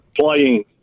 playing